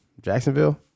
Jacksonville